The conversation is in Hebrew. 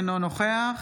אינו נוכח